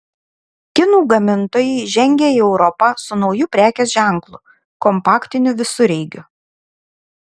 kinų gamintojai žengia į europą su nauju prekės ženklu kompaktiniu visureigiu